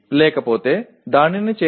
இல்லையெனில் அதை 0